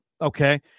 Okay